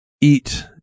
eat